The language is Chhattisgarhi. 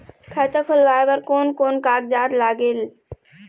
खाता खुलवाय बर कोन कोन कागजात लागेल?